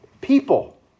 people